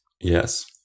Yes